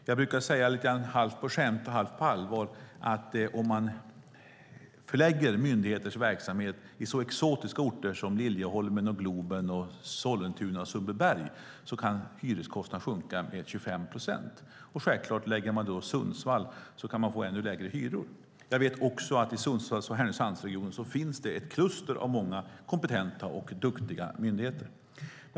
Jag brukar säga halvt på skämt, halvt på allvar att om man förlägger myndigheters verksamhet i så exotiska orter som Liljeholmen, Globen, Sollentuna och Sundbyberg så kan hyreskostnaderna sjunka med 25 procent. Lägger man verksamheten i Sundsvall kan man självklart få ännu lägre hyror. Jag vet också att i Sundsvalls och i Härnösandsregionen finns det ett kluster av många kompetenta och duktiga myndigheter.